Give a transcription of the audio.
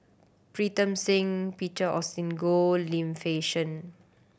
Pritam Singh Peter Augustine Goh Lim Fei Shen